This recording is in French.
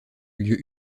lieu